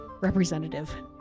representative